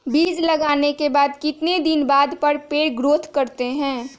बीज लगाने के बाद कितने दिन बाद पर पेड़ ग्रोथ करते हैं?